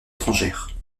étrangères